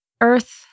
earth